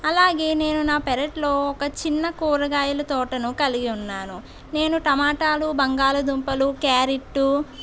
అలాగే నేను నా పెరట్లో ఒక చిన్న కూరగాయలు తోటను కలిగి ఉన్నాను నేను టమాటాలు బంగాళదుంపలు క్యారెట్